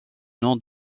nom